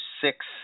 six